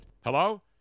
hello